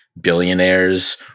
billionaires